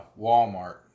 Walmart